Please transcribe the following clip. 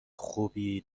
خوبی